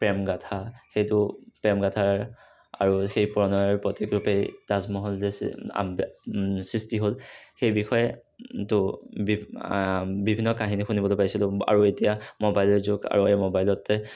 প্ৰেম গাথা সেইটো প্ৰেম গাথাৰ আৰু সেই প্ৰণয়ৰ প্ৰতীক ৰূপে তাজমহল যে সৃষ্টি হ'ল সেই বিষয়ে ত' বিভ বিভিন্ন কাহিনী শুনিবলৈ পাইছিলোঁ আৰু এতিয়া মোবাইলৰ যুগ আৰু এই মোবাইলতে